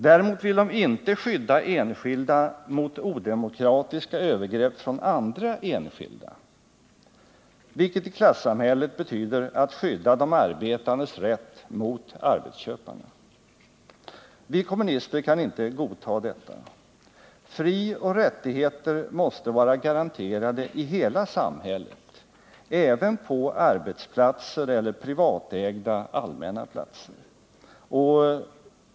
Däremot vill de inte skydda enskilda mot odemokratiska övergrepp från andra enskilda, vilket i klassamhället betyder att skydda de arbetandes rätt mot arbetsköparna. Vi kommunister kan inte godta detta. Frioch rättigheter måste vara garanterade i hela samhället, även på arbetsplatser eller privatägda allmänna platser.